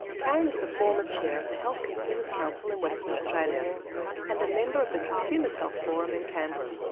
karen is the former chair of the health consumer's council in western australia and a member of the consumer's health forum in canberra.